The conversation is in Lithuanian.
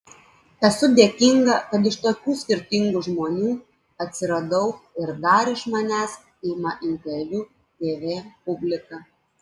esu dėkinga kad iš tokių skirtingų žmonių atsiradau ir dar iš manęs ima interviu tv publika